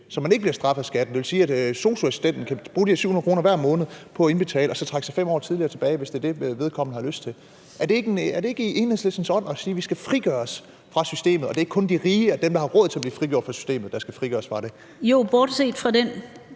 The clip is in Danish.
så man ikke bliver straffet af skatten. Det vil sige, at sosu-assistenten kan bruge de her 700 kr. hver måned og indbetale dem og så trække sig 5 år tidligere tilbage, hvis det er det, vedkommende har lyst til. Er det ikke i Enhedslistens ånd at sige, at vi skal frigøre os fra systemet, og at det ikke kun er de rige og dem, der har råd til at blive frigjort fra systemet, der skal frigøres fra det? Kl. 17:12 Den